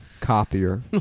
Copier